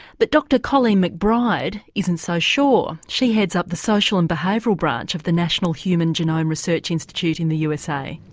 but dr colleen mcbride isn't so sure she heads up the social and behavioural branch of the national human genome research institute in the usa.